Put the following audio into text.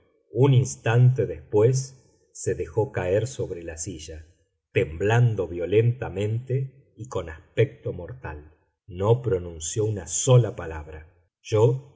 un instante después se dejó caer sobre la silla temblando violentamente y con aspecto mortal no pronunció una sola palabra yo